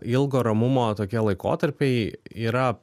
ilgo ramumo tokie laikotarpiai yra